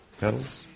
Petals